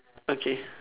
okay